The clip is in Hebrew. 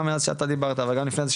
גם מאז שאתה דיברת וגם מלפני זה,